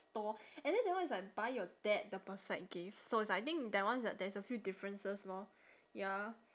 store and then that one is like buy your dad the perfect gift so is like I think that one uh there's a few differences lor ya